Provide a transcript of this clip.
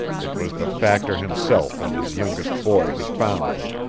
it was the factor himself and his youngest boy who found them,